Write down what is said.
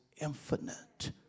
infinite